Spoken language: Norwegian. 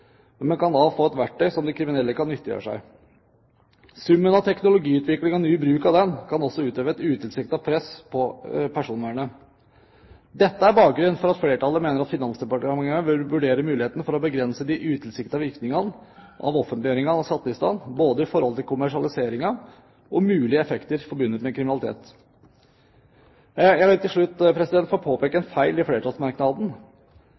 man kan få et verktøy som de kriminelle kan nyttiggjøre seg. Summen av teknologiutviklingen og ny bruk av den kan altså utøve et utilsiktet press på personvernet. Dette er bakgrunnen for at flertallet mener at Finansdepartementet bør vurdere muligheten for å begrense de utilsiktede virkningene av offentliggjøringen av skattelistene, både i forhold til kommersialiseringen og mulige effekter forbundet med kriminalitet. Jeg vil til slutt få påpeke